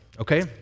okay